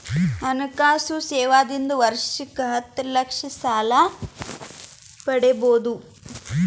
ಹಣಕಾಸು ಸೇವಾ ದಿಂದ ವರ್ಷಕ್ಕ ಹತ್ತ ಲಕ್ಷ ಸಾಲ ಪಡಿಬೋದ?